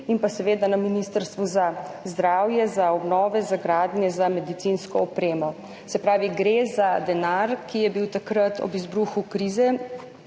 in seveda na Ministrstvu za zdravje za obnove, za gradnje, za medicinsko opremo. Se pravi, gre za denar, ki se ga je takrat ob izbruhu krize